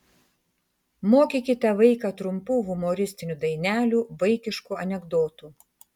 mokykite vaiką trumpų humoristinių dainelių vaikiškų anekdotų